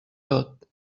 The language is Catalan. tot